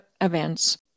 events